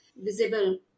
visible